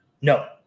No